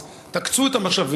אז תקצו את המשאבים.